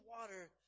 water